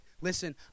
Listen